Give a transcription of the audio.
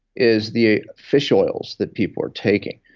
is the fish oils that people are taking.